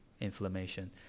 inflammation